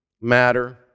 matter